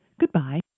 Goodbye